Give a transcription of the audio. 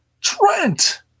Trent